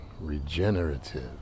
regenerative